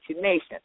Nation